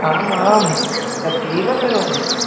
आम् आं तदेव करोमि